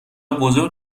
بزرگ